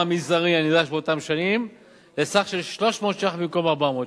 המזערי הנדרש באותן שנים לסך 300 ש"ח במקום 400 ש"ח,